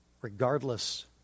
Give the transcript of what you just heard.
regardless